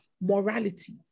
morality